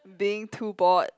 being too bored